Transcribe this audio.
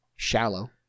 Shallow